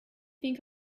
think